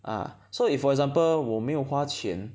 uh so if for example 我没有花钱